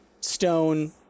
stone